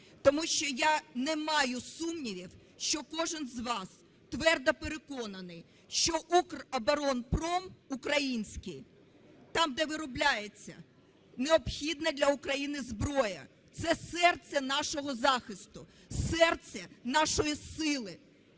тому що я не маю сумнівів, що кожен з вас твердо переконаний, що Укроборонпром український, там, де виробляється необхідна для України зброя, – це серце нашого захисту, серце нашої сили.